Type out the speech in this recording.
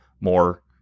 more